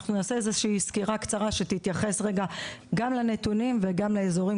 אנחנו נעשה איזשהו סקירה קצרה שתתייחס רגע גם לנתונים וגם לאזורים,